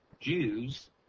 jews